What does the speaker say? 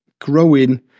Growing